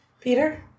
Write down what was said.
Peter